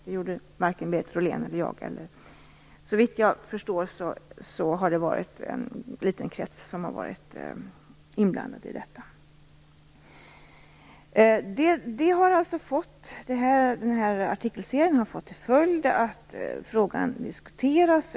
Det gjorde varken Berit Rollén eller jag. Såvitt jag förstår är det en liten krets som har varit inblandad i detta. Artikelserien har fått till följd att frågan diskuteras.